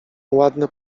ładne